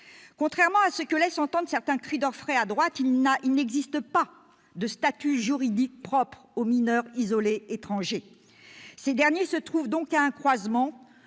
Contrairement à ce que laissent entendre certains cris d'orfraie poussés à droite, il n'existe pas de statut juridique propre aux mineurs isolés étrangers. Ces derniers se trouvent donc à un croisement,